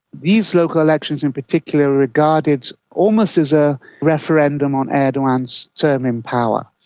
these local elections in particular are regarded almost as a referendum on erdogan's term in power.